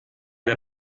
der